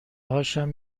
هاشم